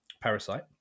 Parasite